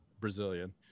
Brazilian